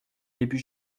début